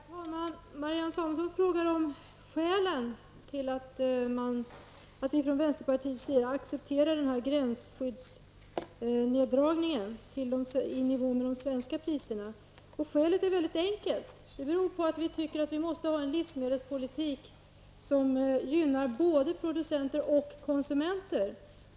Herr talman! Marianne Samuelsson frågade om skälet till att vi från vänsterpartiets sida accepterar neddragningen av gränsskyddet till de svenska prisernas nivå. Skälet är enkelt; det beror på att vi tycker att vi måste ha en livsmedelspolitik som gynnar både producenter och kunsumenter.